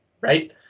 Right